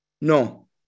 No